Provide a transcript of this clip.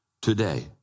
today